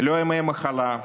לא ימי מחלה,